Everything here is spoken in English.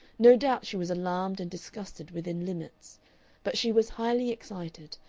no doubt she was alarmed and disgusted within limits but she was highly excited,